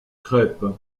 crêpes